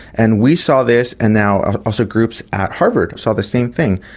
and we saw this and now also groups at harvard saw the same thing,